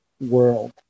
world